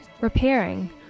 repairing